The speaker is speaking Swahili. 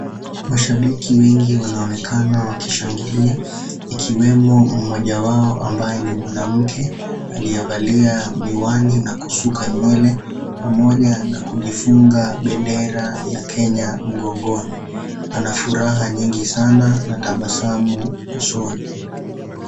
Mashabiki wengi wanaonekana wakishangilia, ikiwemo mmoja wao ambaye ni mwanamke, aliyevalia miwani na kushuka nywele, pamoja na kujifunga bendera ya Kenya mgongoni. Ana furaha nyingi sana na tabasamu usoni.